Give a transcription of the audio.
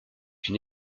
une